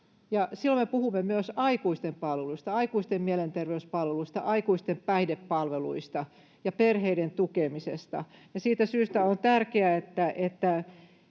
silloin me puhumme myös aikuisten palveluista, aikuisten mielenterveyspalveluista, aikuisten päihdepalveluista ja perheiden tukemisesta. Siitä syystä on tärkeää, että